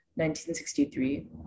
1963